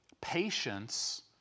Patience